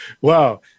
Wow